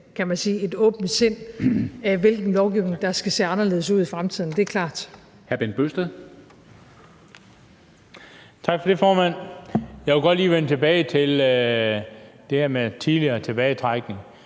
med et åbent sind om, hvilken lovgivning der skal se anderledes ud i fremtiden. Det er klart.